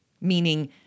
meaning